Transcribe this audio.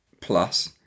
plus